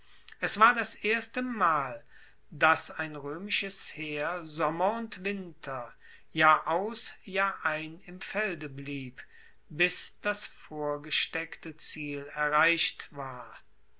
es war das erstemal dass ein roemisches heer sommer und winter jahr aus jahr ein im felde blieb bis das vorgesteckte ziel erreicht war